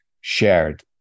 shared